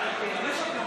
היה יושב פה.